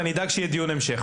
ואני אדאג שיהיה דיון המשך,